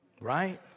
Right